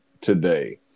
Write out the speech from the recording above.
today